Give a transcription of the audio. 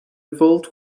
vault